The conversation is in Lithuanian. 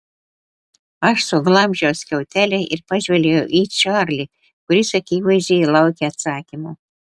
aš suglamžiau skiautelę ir pažvelgiau į čarlį kuris akivaizdžiai laukė atsakymo